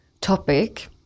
topic